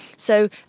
so